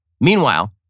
Meanwhile